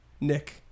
Nick